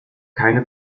keine